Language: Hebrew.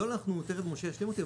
תכף משה ישלים אותי,